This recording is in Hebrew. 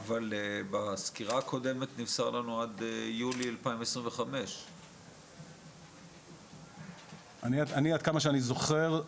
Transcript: אבל בסקירה הקודמת נמסר לנו עד יולי 2025. אני עד כמה שאני זוכר,